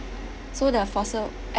so the fossil